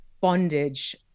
bondage